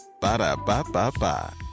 Ba-da-ba-ba-ba